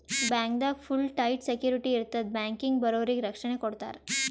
ಬ್ಯಾಂಕ್ದಾಗ್ full tight security ಇರ್ತದ್ ಬ್ಯಾಂಕಿಗ್ ಬರೋರಿಗ್ ರಕ್ಷಣೆ ಕೊಡ್ತಾರ